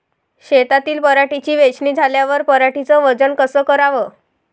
शेतातील पराटीची वेचनी झाल्यावर पराटीचं वजन कस कराव?